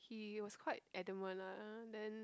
he was quite adamant lah then